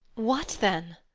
what, then?